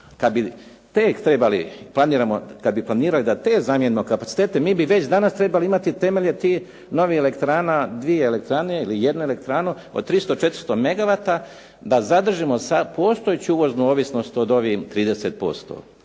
Kad bi planirali da te zamijenimo kapacitete mi bi već danas trebali imati temelje tih novih elektrana, dvije elektrane, ili jednu elektranu od 300, 400 megawata da zadržimo sad postojeću uvoznu ovisnost od ovih 30%.